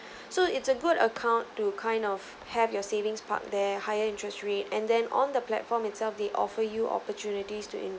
so it's a good account to kind of have your savings park there higher interest rate and then on the platform itself they offer you opportunities to